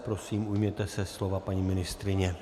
Prosím, ujměte se slova, paní ministryně.